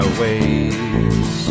ways